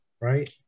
right